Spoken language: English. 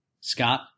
Scott